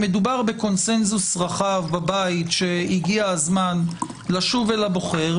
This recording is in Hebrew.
מדובר בקונצנזוס רחב בבית שהגיע הזמן לשוב אל הבוחר,